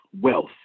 wealth